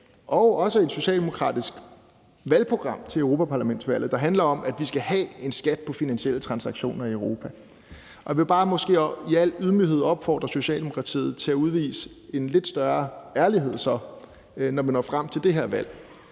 og også et socialdemokratisk valgprogram til europaparlamentsvalget, der handler om, at vi skal have en skat på finansielle transaktioner i Europa. Jeg vil bare i al ydmyghed opfordre Socialdemokratiet til måske så at udvise en lidt større ærlighed, når vi når frem til det her valg,